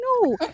no